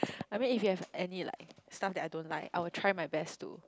I mean if you have any like stuff that I don't like I will try my best to